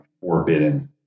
Forbidden